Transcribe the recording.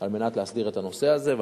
על מנת להסדיר את הנושא הזה,